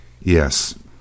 Yes